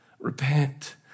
repent